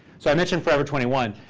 so i mentioned forever twenty one.